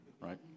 Right